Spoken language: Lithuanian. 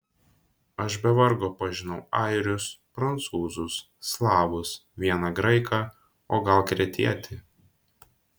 aš be vargo pažinau airius prancūzus slavus vieną graiką o gal kretietį